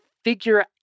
figure